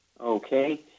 Okay